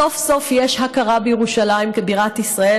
סוף-סוף יש הכרה בירושלים כבירת ישראל